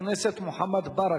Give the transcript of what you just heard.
חבר הכנסת מוחמד ברכה.